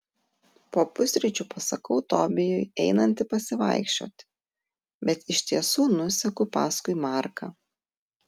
po pusryčių pasakau tobijui einanti pasivaikščioti bet iš tiesų nuseku paskui marką